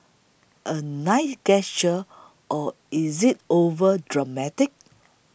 a nice gesture or is it overly dramatic